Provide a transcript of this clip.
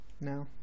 no